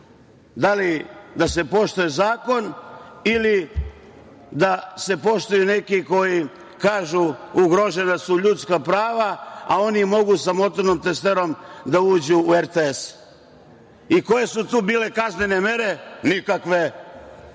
da li da se poštuje zakon ili da se poštuju neki koji kažu da su ugrožena ljudska prava, a oni mogu sa motornom testerom da uđu u RTS. Koje su tu bile kaznene mere? Nikakve.